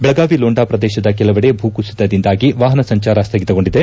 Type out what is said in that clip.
ಬೆಳಗಾವಿ ಲೋಂಡಾ ಪ್ರದೇಶದ ಕೆಲವೆಡೆ ಭೂಕುಸಿತದಿಂದಾಗಿ ವಾಪನ ಸಂಚಾರ ಸ್ನಗಿತಗೊಂಡಿದೆ